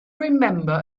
remember